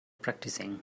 practicing